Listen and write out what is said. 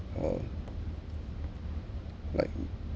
or like